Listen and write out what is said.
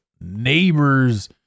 neighbors